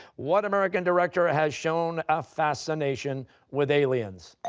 what american director ah has shown a fascination with aliens?